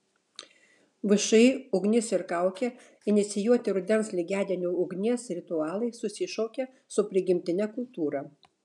všį ugnis ir kaukė inicijuoti rudens lygiadienių ugnies ritualai susišaukia su prigimtine kultūra